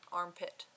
armpit